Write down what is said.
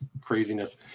craziness